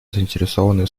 заинтересованные